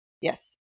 Yes